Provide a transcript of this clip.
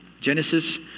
Genesis